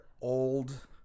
old